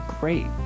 great